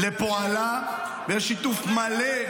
----- לפועלה, ויש שיתוף מלא.